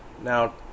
Now